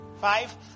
five